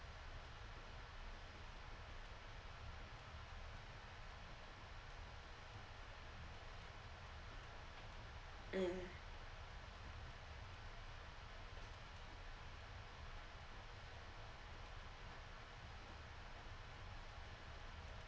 mm